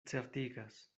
certigas